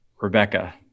Rebecca